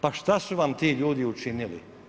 Pa šta su vam ti ljudi učinili?